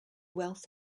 wealth